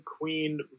queen